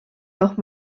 noch